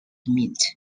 mint